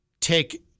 take